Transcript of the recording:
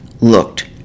looked